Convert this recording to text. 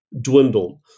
dwindled